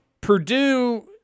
Purdue